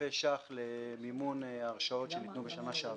אפשר לקבל פירוט נוסף מנציג משרד הביטחון שיושב לידי.